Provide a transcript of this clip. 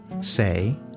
say